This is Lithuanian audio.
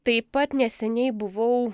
taip pat neseniai buvau